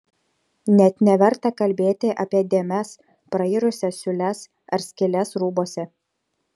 net neverta kalbėti apie dėmes prairusias siūles ar skyles rūbuose